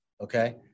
okay